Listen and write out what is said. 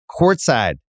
courtside